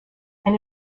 and